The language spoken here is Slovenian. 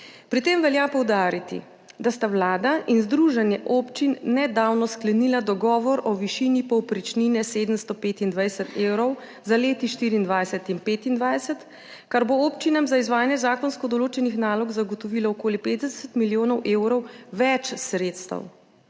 Pri tem velja poudariti, da sta Vlada in Združenje občin Slovenije nedavno sklenila dogovor o višini povprečnine 725 evrov za leti 2024 in 2025, kar bo občinam za izvajanje zakonsko določenih nalog zagotovilo okoli 50 milijonov evrov več sredstev.